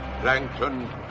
plankton